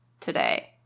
today